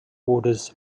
orders